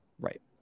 Right